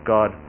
God